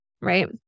right